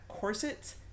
corsets